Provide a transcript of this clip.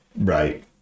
Right